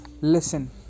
listen